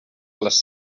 les